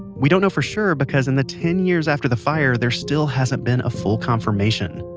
we don't know for sure because in the ten years after the fire there still hasn't been full confirmation.